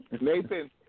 Nathan